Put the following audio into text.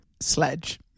Sledge